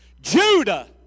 Judah